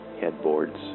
headboards